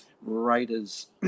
Raiders